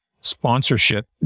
sponsorship